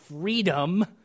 freedom